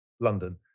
London